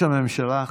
אדוני היושב-ראש,